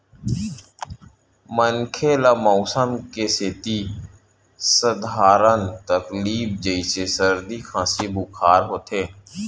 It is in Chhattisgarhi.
मनखे ल मउसम के सेती सधारन तकलीफ जइसे सरदी, खांसी, बुखार होथे